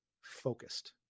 focused